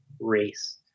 race